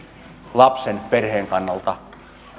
lapsen perheen kannalta